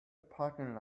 parking